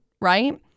right